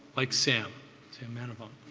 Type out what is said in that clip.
like sam. sam manavong,